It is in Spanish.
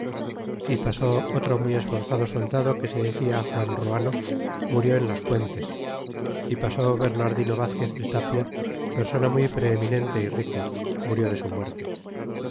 e pasó otro muy esforzado soldado que se decia juan ruano murió en las puentes y pasó bernardino vazquez de tapia persona muy preeminente y rico murió de su muerte